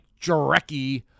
Jarecki